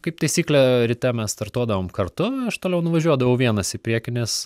kaip taisyklė ryte startuodavom kartu aš toliau nuvažiuodavau vienas į priekį nes